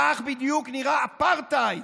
כך בדיוק נראה אפרטהייד.